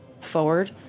forward